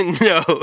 No